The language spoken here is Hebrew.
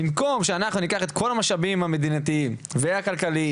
במקום שאנחנו ניקח את כל המשאבים המדינתיים והכלכליים,